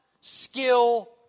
skill